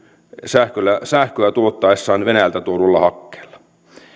sähköä sähköä tuottaessaan venäjältä tuodulla hakkeella